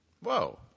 Whoa